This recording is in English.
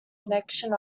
connection